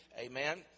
Amen